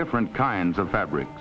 different kinds of fabric